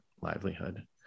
livelihood